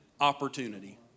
opportunity